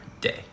day